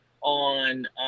on